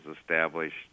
established